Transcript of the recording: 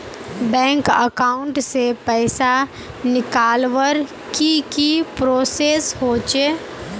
Bank account से पैसा निकालवर की की प्रोसेस होचे?